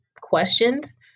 questions